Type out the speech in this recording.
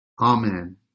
Amen